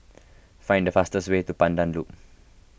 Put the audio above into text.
find the fastest way to Pandan Loop